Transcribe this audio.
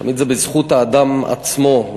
תמיד זה בזכות האדם עצמו,